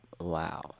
wow